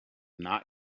not